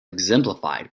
exemplified